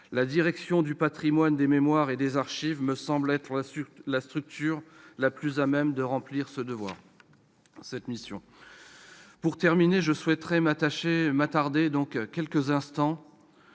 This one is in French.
La direction du patrimoine, de la mémoire et des archives me semble être la structure la plus à même de remplir cette mission. Pour terminer, je souhaiterais m'attarder quelques instants